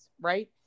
right